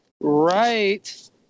right